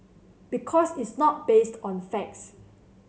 because it's not based on facts